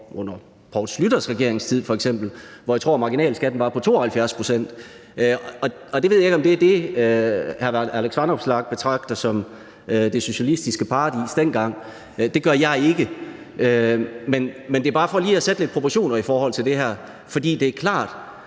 f.eks. Poul Schlüters regeringstid, hvor jeg tror, at marginalskatten var på 72 pct. Jeg ved ikke, om det, der var dengang, er det, hr. Alex Vanopslagh betragter som det socialistiske paradis. Det gør jeg ikke. Det er bare for lige at sætte lidt proportioner i forhold til det her, for det er klart,